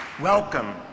Welcome